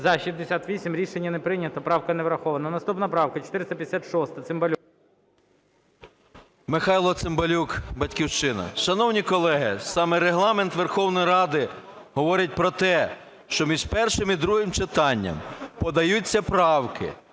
За-68 Рішення не прийнято. Правка не врахована. Наступна правка 456. Цимбалюк. 14:07:48 ЦИМБАЛЮК М.М. Михайло Цимбалюк, "Батьківщина". Шановні колеги, саме Регламент Верховної Ради говорить про те, що між першим і другим читанням подаються правки,